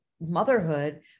motherhood